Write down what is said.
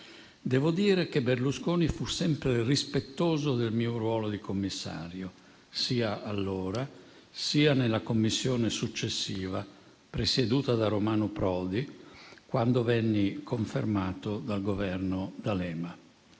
Devo dire che Berlusconi fu sempre rispettoso del mio ruolo di commissario, sia allora, sia nella Commissione successiva presieduta da Romano Prodi, quando venni confermato dal Governo D'Alema.